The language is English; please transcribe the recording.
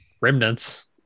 remnants